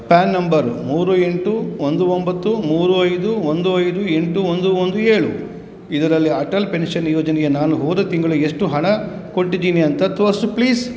PAN number ಮೂರು ಎಂಟು ಒಂದು ಒಂಬತ್ತು ಮೂರು ಐದು ಒಂದು ಐದು ಎಂಟು ಒಂದು ಒಂದು ಏಳು ಇದರಲ್ಲಿ ಅಟಲ್ ಪೆನ್ಷನ್ ಯೋಜನೆಗೆ ನಾನು ಹೋದ ತಿಂಗಳು ಎಷ್ಟು ಹಣ ಕೊಟ್ಟಿದ್ದೀನಿ ಅಂತ ತೋರಿಸು ಪ್ಲೀಸ್